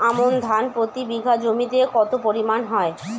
আমন ধান প্রতি বিঘা জমিতে কতো পরিমাণ হয়?